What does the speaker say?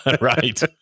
right